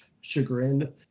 chagrin